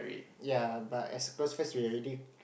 yea but as close friend we already